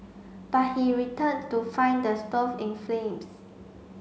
but he returned to find the stove in flames